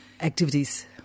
activities